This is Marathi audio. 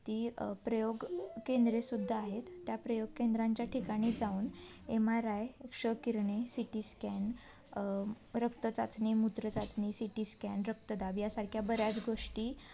ती प्रयोग केंद्रेसुद्धा आहेत त्या प्रयोग केंद्रांच्या ठिकाणी जाऊन एम आर आय क्ष किरणे सि टी स्कॅन रक्तचाचणी मूत्रचाचणी सि टी स्कॅन रक्तदाब यासारख्या बऱ्याच गोष्टी